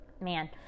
man